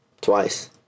Twice